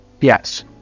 Yes